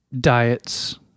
diets